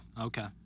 Okay